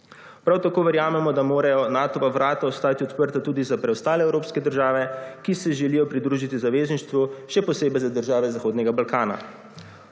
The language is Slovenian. Prav tako verjamemo, da morajo Natova vrata ostati odprta tudi za preostale evropske države, ki se želijo pridružiti zavezništvu še posebej za države Zahodnega Balkana.